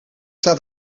staat